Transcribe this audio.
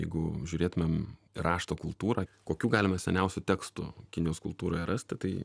jeigu žiūrėtumėm rašto kultūrą kokių galima seniausių tekstų kinijos kultūroje rasti tai